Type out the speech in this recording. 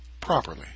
properly